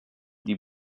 die